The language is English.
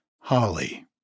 Holly